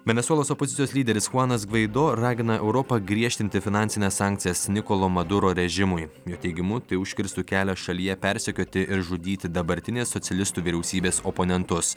venesuelos opozicijos lyderis chuanas gvaido ragina europą griežtinti finansines sankcijas nikolo maduro režimui jo teigimu tai užkirstų kelią šalyje persekioti ir žudyti dabartinės socialistų vyriausybės oponentus